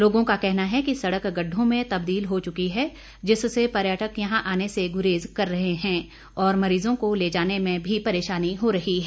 लोगों का कहना है कि सड़क गड़ढों में तबदील हो चुकी है जिससे पर्यटक यहां आने से गुरेज कर रहे हैं और मरीजों को ले जाने में भी परेशानी हो रही है